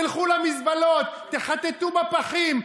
תלכו למזבלות, תחטטו בפחים.